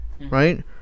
right